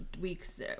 weeks